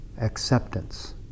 acceptance